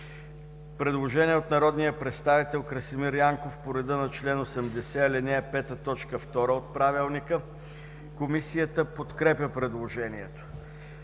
Предложение от народния представител Красимир Янков по реда на чл. 80, ал. 5, т. 2 от Правилника. Комисията подкрепя предложението.